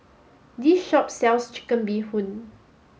this shop sells chicken bee Hoon